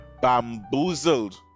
Bamboozled